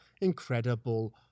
incredible